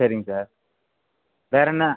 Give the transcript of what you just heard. சரிங்க சார் வேறென்ன